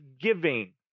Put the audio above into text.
giving